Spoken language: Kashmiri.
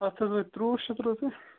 اَتھ حظ وٲتۍ ترٛووُہ شیٚتھ رۄپیہِ